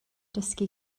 dysgu